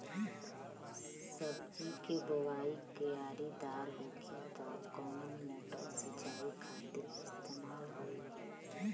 सब्जी के बोवाई क्यारी दार होखि त कवन मोटर सिंचाई खातिर इस्तेमाल होई?